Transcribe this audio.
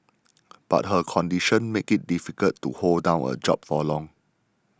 but her condition make it difficult to hold down a job for long